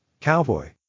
cowboy